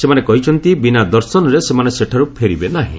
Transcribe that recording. ସେମାନେ କହିଛନ୍ତି ବିନା ଦର୍ଶନରେ ସେମାନେ ସେଠାରୁ ଫେରିବେ ନାହିଁ